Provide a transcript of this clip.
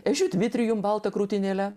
ežiu dmitrijum balta krūtinėle